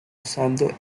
usando